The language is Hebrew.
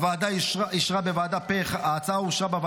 ההצעה אושרה בוועדה פה אחד.